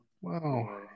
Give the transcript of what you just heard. Wow